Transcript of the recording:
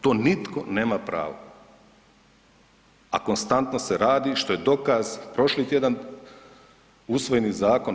To nitko nema pravo, a konstantno se radi, što je dokaz prošli tjedan usvojeni zakon.